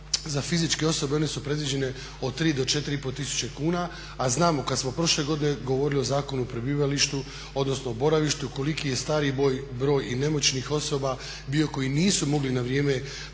za fizičke osobe one su predviđene od 3000 do 4500 kuna a znamo kad smo prošle godine govorili o Zakonu o prebivalištu, odnosno o boravištu koliki je broj starih i nemoćnih osoba bio koji nisu mogli na vrijeme se prijaviti